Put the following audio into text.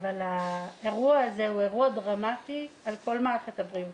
אבל האירוע הזה הוא אירוע דרמטי על כל מערכת הבריאות.